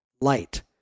light